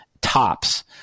tops